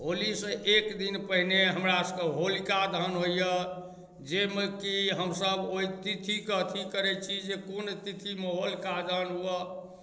होलीसँ एक दिन पहिने हमरासबके होलीका दहन होइया जाहिमे की हमसब ओहि तिथि कऽ अथी करैत छी जे कोन तिथिमे होलीका दहन हूए